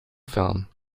fern